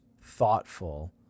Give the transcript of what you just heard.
thoughtful